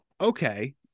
Okay